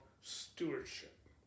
stewardship